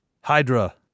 Hydra